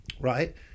right